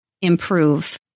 improve